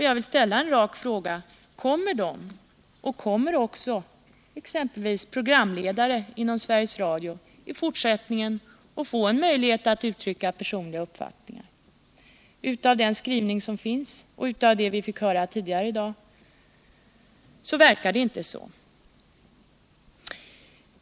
Jag vill ställa en rak fråga: Kommer de och kommer exempelvis programledare inom Sveriges Radio i fortsättningen att få en möjlighet att uttrycka personliga uppfattningar? Av den skrivning som finns och av det vi tidigare i dag fått höra verkar det inte vara så.